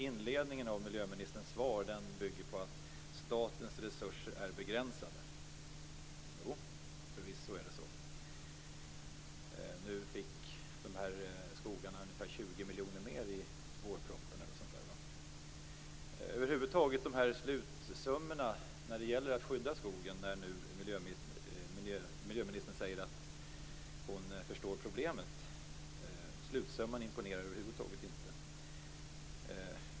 Inledningen av miljöministerns svar bygger på att statens resurser är begränsade. Förvisso är det så. De här skogarna fick ungefär 20 miljoner mer i vårpropositionen. Miljöministern säger att hon förstår problemet. Men slutsummorna när det gäller att skydda skogen imponerar över huvud taget inte.